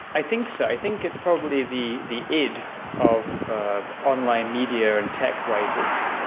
i think so, i think it's probably the the id of online media and tech writers.